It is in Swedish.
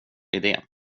idé